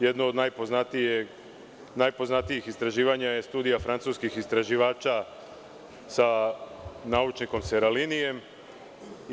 Jedno od najpoznatijih istraživanja je Studija francuskih istraživača sa naučnim koncelarijiem.